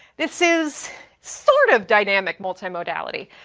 this is sort of dynamic multimodality.